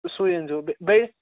سُے أنۍ زیٚو بہ بیٚیہِ